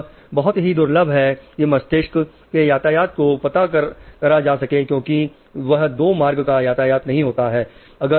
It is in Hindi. यह बहुत ही दुर्लभ है कि मस्तिष्क के यातायात को पता करा जा सके क्योंकि वह दो मार्ग का यातायात नहीं होता है